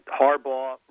Harbaugh